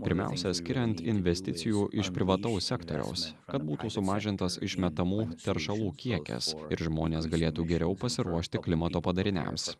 pirmiausia skiriant investicijų iš privataus sektoriaus kad būtų sumažintas išmetamų teršalų kiekis ir žmonės galėtų geriau pasiruošti klimato padariniams